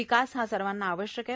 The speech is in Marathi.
विकास हा सर्वांना आवश्यक आहे